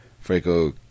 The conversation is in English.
Franco